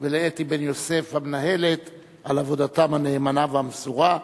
ולאתי בן-יוסף המנהלת על עבודתן הנאמנה והמסורה.